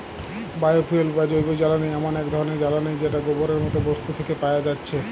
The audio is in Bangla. বায়ো ফুয়েল বা জৈবজ্বালানি এমন এক ধরণের জ্বালানী যেটা গোবরের মতো বস্তু থিকে পায়া যাচ্ছে